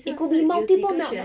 it could be multiple meltdown